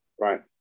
right